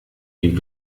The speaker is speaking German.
die